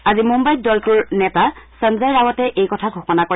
আজি মুম্বাইত দলটোৰ নেতা সঞ্জয় ৰাৱটে এই কথা ঘোষণা কৰে